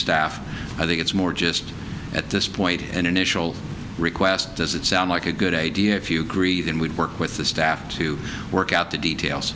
staff i think it's more just at this point an initial request does it sound like a good idea if you agree then we'd work with the staff to work out the details